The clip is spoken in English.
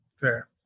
Fair